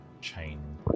chain